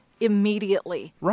immediately